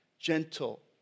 gentle